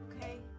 Okay